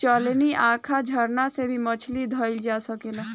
चलनी, आँखा, झरना से भी मछली धइल जा सकेला